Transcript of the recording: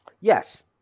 Yes